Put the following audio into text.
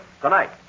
tonight